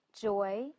joy